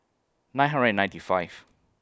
nine hundred and ninety five